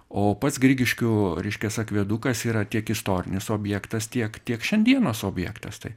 o pats grigiškių reiškias akvedukas yra tiek istorinis objektas tiek tiek šiandienos objektas tai